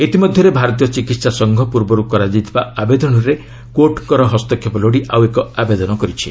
ଇତିମଧ୍ୟରେ ଭାରତୀୟ ଚିକିିି ସ୍ଥା ପୂର୍ବରୁ କରାଯାଇଥିବା ଆବେଦନରେ କୋର୍ଟଙ୍କ ହସ୍ତକ୍ଷେପ ଲୋଡ଼ି ଆଉ ଏକ ଆବେଦନ କରିଛି